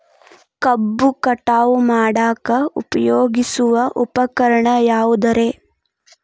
ಕಬ್ಬು ಕಟಾವು ಮಾಡಾಕ ಉಪಯೋಗಿಸುವ ಉಪಕರಣ ಯಾವುದರೇ?